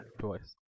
choice